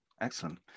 excellent